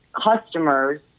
customers